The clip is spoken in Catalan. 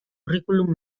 currículum